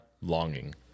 longing